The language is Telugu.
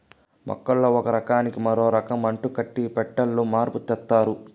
మొక్కల్లో ఒక రకానికి మరో రకం అంటుకట్టి పెట్టాలో మార్పు తెత్తారు